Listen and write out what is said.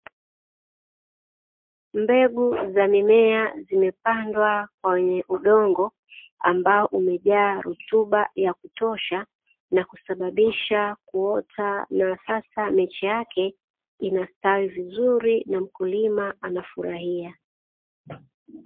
Mbegu za mimea zimepandwa kwenye udongo ambao umejaa rutuba ya kutosha na kusababisha kuota na sasa miche yake inastawi vizuri na mkulima anafurahia.